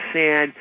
sand